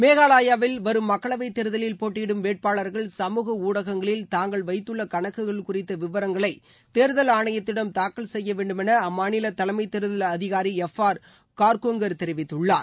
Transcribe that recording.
மேகாலயாவில் வரும் மக்களவை தேர்தலில் போட்டியிடும் வேட்பாளர்கள் சமூக ஊடகங்களில் தாங்கள் வைத்துள்ள கணக்குகள் குறித்த விவரங்களை தேர்தல் ஆணையத்திடம் தாக்கல் செய்ய வேண்டுமென அம்மாநில தலைமை தேர்தல் அதிகாரி எஃப் ஆர் கார்கங்கா தெரிவித்துள்ளார்